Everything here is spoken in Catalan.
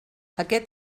aquest